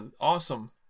awesome